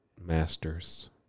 Masters